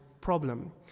problem